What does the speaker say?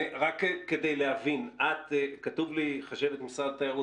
רק כדי להבין כתוב לי שאת חשבת משרד התיירת.